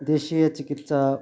देशीयचिकित्सा